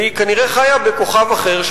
היא כנראה חיה בכוכב אחר,